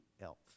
else